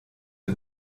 the